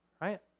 right